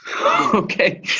okay